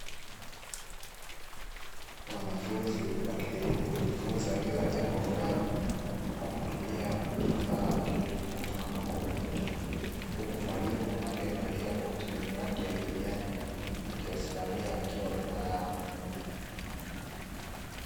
Wanafunzi wakijaribu kujifunza juu ya jambo fulani kwa kutumia kifaa kijulikanacho kama kompyuta. Huku mwalimu aliyevalia koti lenye rangi ya kijani akiwasimamia akiwa nyuma yao.